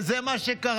וזה מה שקרה.